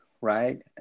right